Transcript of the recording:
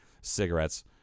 cigarettes